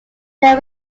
there